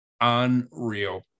unreal